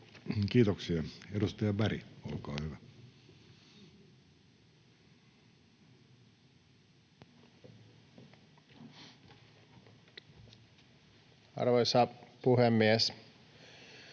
Kiitoksia. — Edustaja Berg, olkaa hyvä. Arvoisa puhemies!